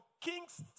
king's